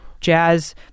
jazz